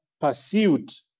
pursuit